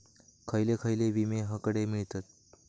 खयले खयले विमे हकडे मिळतीत?